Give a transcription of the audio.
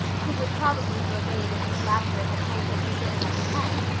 who would probably have obeyed if miss lavendar had told her to stand on her head,